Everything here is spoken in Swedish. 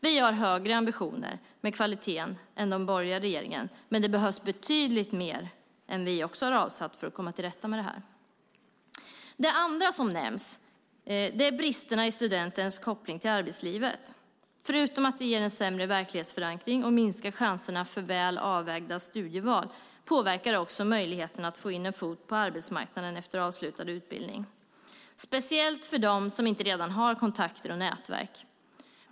Vi har högre ambitioner med kvaliteten än den borgerliga regeringen. Men det behövs betydligt mer än det vi också har avsatt för att komma till rätta med detta. Det andra som nämns är bristerna i studentens koppling till arbetslivet. Förutom att det ger sämre verklighetsförankring och minskar chanserna för välavvägda studieval påverkar det också möjligheterna att få in en fot på arbetsmarknaden efter avslutad utbildning speciellt för dem som inte redan har kontakter och nätverk.